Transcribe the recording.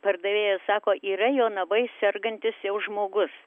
pardavėja sako yra jonavoj sergantis jau žmogus